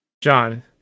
John